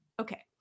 Okay